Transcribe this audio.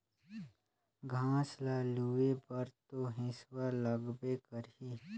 घास ल लूए बर तो हेसुआ लगबे करही